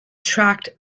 traced